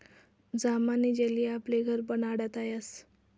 जामनी जेली आपले घर बनाडता यस